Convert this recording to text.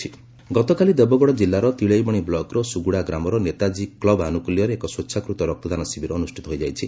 ରକ୍ତଦାନ ଶିବିର ଗତକାଲି ଦେବଗଡ଼ ଜିଲ୍ଲାର ତିଳେଇବଶି ବ୍ଲକ୍ର ସୁଗୁଡ଼ା ଗ୍ରାମର ନେତାଜୀ କୁବ୍ ଆନୁକୂଲ୍ୟରେ ଏକ ସ୍ୱେଛାକୃତ ରକ୍ତଦାନ ଶିବିର ଅନୁଷ୍ଷିତ ହୋଇଯାଇଛି